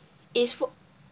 is fr~